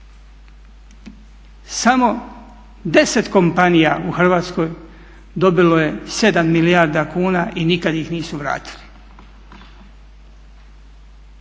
Samo 10 kompanija u Hrvatskoj dobilo je 7 milijarda kuna i nikad ih nisu vratili.